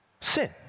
sin